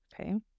Okay